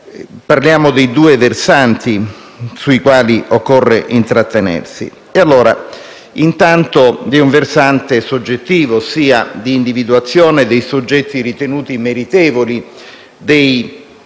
Parliamo dei due versanti sui quali occorre intrattenersi. Intanto vi è un versante soggettivo, ossia di individuazione dei soggetti ritenuti meritevoli dei